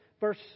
verse